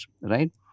right